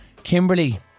Kimberly